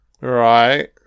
Right